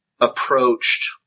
approached